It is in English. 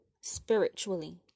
spiritually